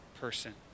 person